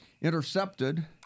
intercepted